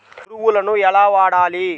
ఎరువులను ఎలా వాడాలి?